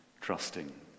trusting